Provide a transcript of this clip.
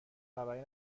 خبری